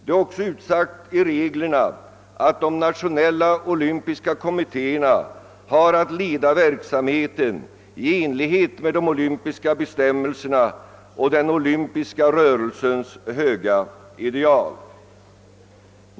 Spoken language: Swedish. Det är också utsagt i reglerna att de nationella olympiska kommittéerna har att leda verksamheten i enlighet med de olympiska bestämmelserna och den olympiska rörelsens höga ideal.